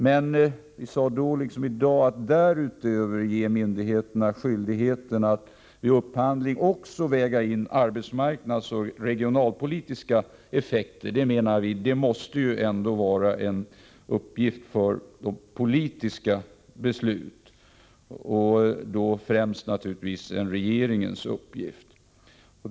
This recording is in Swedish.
Men vi sade då liksom i dag att detta att därutöver ge myndigheterna skyldighet att vid upphandling också väga in arbetsmarknadsoch regionalpolitiska effekter ändå måste vara en fråga för politiska beslut och då naturligtvis främst en regeringens uppgift.